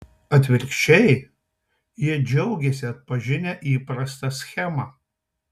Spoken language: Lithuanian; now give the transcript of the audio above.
atvirkščiai jie džiaugiasi atpažinę įprastą schemą